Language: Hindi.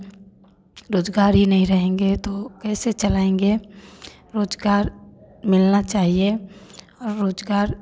रोज़गार ही नहीं रहेंगे तो कैसे चलाएँगे रोज़गार मिलना चाहिए और रोज़गार